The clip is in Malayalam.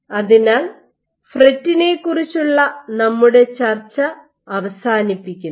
അതിനാൽ ഫ്രെറ്റിനെക്കുറിച്ചുള്ള നമ്മുടെ ചർച്ച അവസാനിപ്പിക്കുന്നു